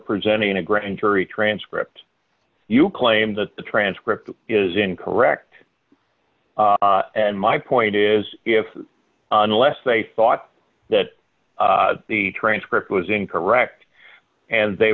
presenting a grand jury transcript you claim that the transcript is incorrect and my point is if unless they thought that the transcript was incorrect and they